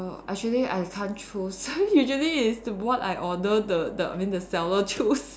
err actually I can't choose usually is what I order the the I mean the seller choose